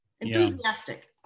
Enthusiastic